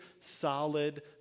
solid